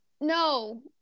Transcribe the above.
No